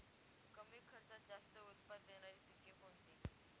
कमी खर्चात जास्त उत्पाद देणारी पिके कोणती?